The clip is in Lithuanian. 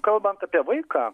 kalbant apie vaiką